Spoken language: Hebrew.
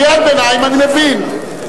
קריאת ביניים, אני מבין.